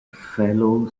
fellow